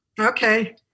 Okay